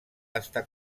està